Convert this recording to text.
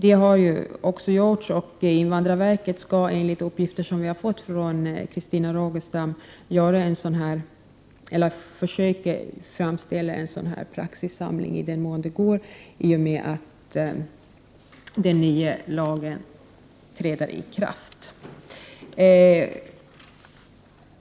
Det har också gjorts, och invandrarverket skall enligt uppgift som vi har fått från generaldirektör Christina Rogestam försöka framställa en praxissamling i den mån det är möjligt i och med att den nya lagen träder i kraft.